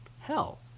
hell